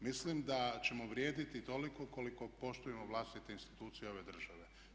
Mislim da ćemo vrijediti toliko koliko poštujemo vlastite institucije ove države.